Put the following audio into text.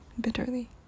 bitterly